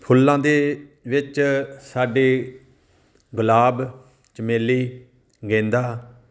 ਫੁੱਲਾਂ ਦੇ ਵਿੱਚ ਸਾਡੇ ਗੁਲਾਬ ਚਮੇਲੀ ਗੇਂਦਾ